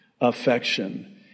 affection